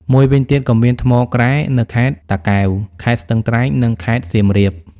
មួយវិញទៀតក៏មានថ្មក្រែ នៅខេត្តតាកែវ ខេត្តស្ទឹងត្រែង និងខេត្តសៀមរាប។